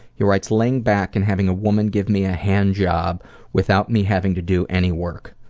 he writes, laying back and having a woman give me a hand job without me having to do any work.